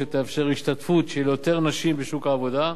שתאפשר השתתפות של יותר נשים בשוק העבודה,